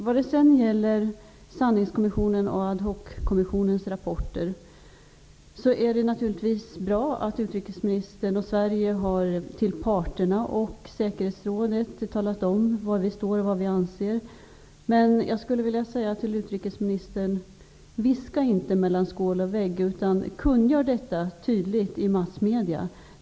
När det gäller Sanningskommissionens och Ad hockommissionens rapporter, är det naturligtvis bra att utrikesministern och Sverige för parterna och för säkerhetsrådet har talat om var vi står och vad vi anser. Men jag skulle vilja säga till utrikesministern att man inte skall viska mellan skål och vägg utan att man skall kungöra detta tydligt i massmedierna.